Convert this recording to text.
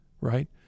Right